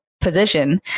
position